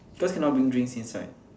because cannot bring drinks inside